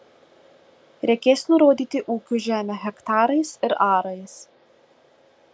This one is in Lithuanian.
reikės nurodyti ūkio žemę hektarais ir arais